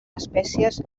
espècies